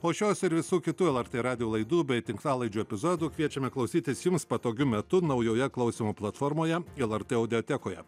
o šios ir visų kitų lrt radijo laidų bei tinklalaidžių epizodų kviečiame klausytis jums patogiu metu naujoje klausymo platformoje lrt audiotekoje